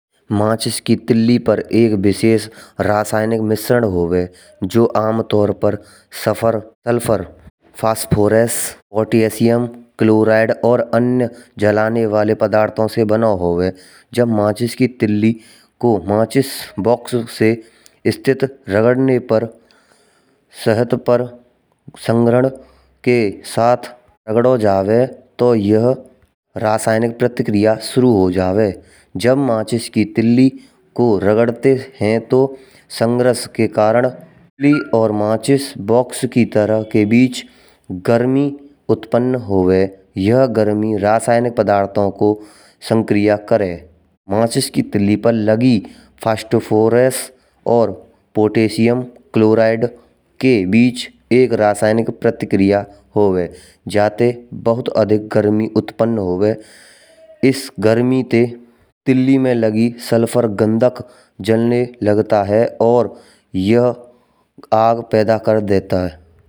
माचिस की तिल्ली पर एक विशेष रासायनिक मिश्रण होवे। जो आमतौर पर सफ़र सल्फर फास्फोरस पोटैशियम क्लोराइड और अन्य जलने वाले पदार्थों से बना होवे। जब माचिस की तिल्ली को माचिस बॉक्स से स्थित रगड़ने पर सहत पर संग्रहण के साथ रगड़ा जावे तो यह रासायनिक प्रतिक्रिया शुरू हो जावे। जब माचिस की तिल्ली को रगड़ते हैं तो संगरास के कारण प्रे और माचिस बॉक्स की तरह के बीच गर्मी उत्पन्न होवे। यहां गर्मी रासायनिक पदार्थों को सक्रिय करे। माचिस की तिल्ली पर लगी फास्फोरस और पोटैशियम क्लोराइड के बीच एक रासायनिक प्रतिक्रिया होवे जाते बहुत अधिक गर्मी उत्पन्न होवे। इस गर्मी ते तिल्ली में लगी सल्फर गंधक जलने लगता हौ और यह आग पैदा कर देता हो।